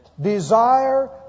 desire